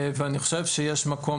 אני חושב שיש מקום,